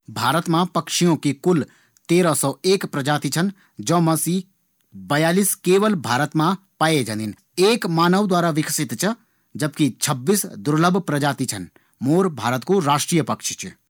भारत मा पक्षियों की कुल तरह सौ एक प्रजाति छन। जौ मा सी बयालीस केवल भारत मा पाए जांदीन। एक मानव द्वारा विकसित च जबकि छब्बीस दुर्लभ प्रजाति छन। मोर भारत कू राष्ट्रीय पक्षी च।